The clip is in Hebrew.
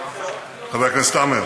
חבר הכנסת עמאר,